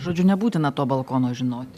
žodžiu nebūtina to balkono žinot